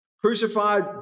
crucified